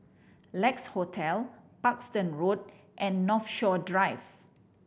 Lex Hotel Parkstone Road and Northshore Drive